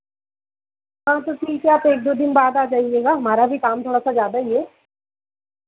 हाँ तो ठीक है आप एक दो दिन बाद आ जाइएगा हमारा भी काम थोड़ा सा ज़्यादा ही है